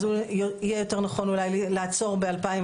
אז יהיה יותר נכון אולי לעצור ב-2020,